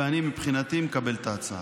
ואני, מבחינתי, מקבל את ההצעה.